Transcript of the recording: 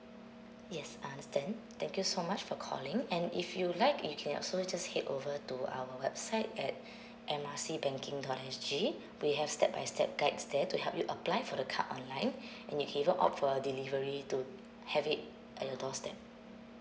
yes I understand thank you so much for calling and if you like you can also just head over to our website at M R C banking dot S_G we have step by step guides there to help you apply for the card online and you can even opt for a delivery to have it at your doorstep